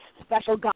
special